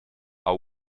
are